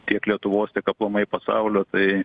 tiek lietuvos tiek aplamai pasaulio tai